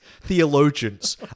theologians